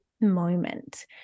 moment